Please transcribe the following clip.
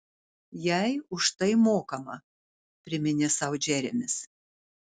jai už tai mokama priminė sau džeremis